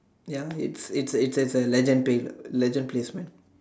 ya it's it's it's it's a legend taste lah legend place man